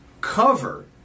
cover